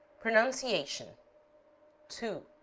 pronunciation two.